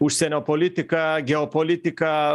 užsienio politika geopolitika